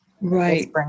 Right